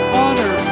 honor